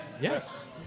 Yes